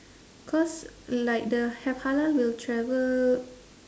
cause like the have halal will travel